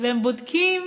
והם בודקים